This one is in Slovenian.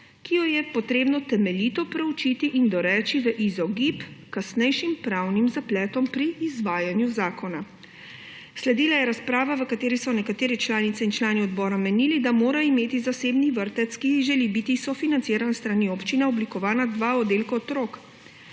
ki jo je treba temeljito proučiti in doreči v izogib kasnejšim pravnim zapletom pri izvajanju zakona. Sledila je razprava, v kateri so nekatere članice in člani odbora menili, da mora imeti zasebni vrtec, ki želi biti sofinanciran s strani občine, oblikovana dva oddelka otrok,